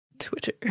Twitter